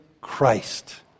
Christ